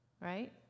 Right